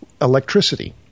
electricity